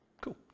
Cool